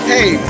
Hey